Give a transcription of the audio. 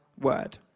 word